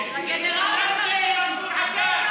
הגיע הזמן, כוח אדיר.